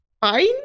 Fine